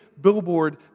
billboard